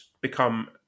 become